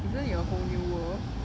isn't it a whole new world